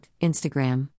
Instagram